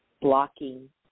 blocking